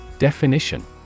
Definition